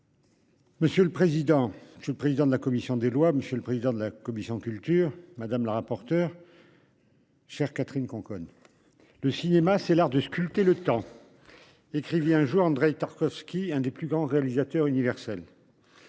Monsieur le président. Je suis président de la commission des lois. Monsieur le président de la commission culture madame la rapporteure. Chers Catherine Conconne. Le cinéma, c'est l'heure de sculpter le temps. Écrivit un jour Andrej Tarkovski un des plus grands réalisateurs universel.